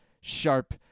sharp